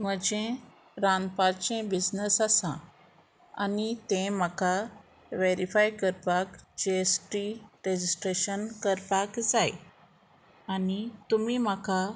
म्हजें रांदपाचें बिजनस आसा आनी तें म्हाका वेरीफाय करपाक जी एस टी रेजिस्ट्रेशन करपाक जाय आनी तुमी म्हाका